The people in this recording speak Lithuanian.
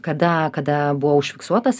kada kada buvo užfiksuotas